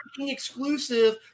exclusive